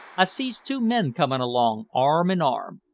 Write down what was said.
i sees two men comin' along, arm in arm.